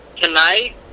Tonight